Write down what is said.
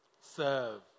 Serve